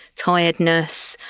tiredness.